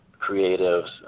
creatives